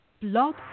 Blog